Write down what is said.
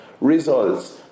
results